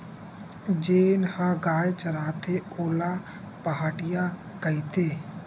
जेन ह गाय चराथे ओला पहाटिया कहिथे